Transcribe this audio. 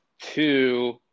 Two